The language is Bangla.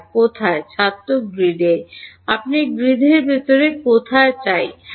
কোথাও ছাত্র গ্রিডে আপনি গ্রিডের ভিতরে কোথাও চাই হ্যাঁ